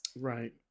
Right